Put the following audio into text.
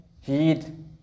heed